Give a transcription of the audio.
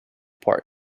part